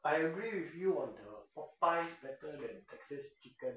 I agree with you on uh Popeyes better than texas chicken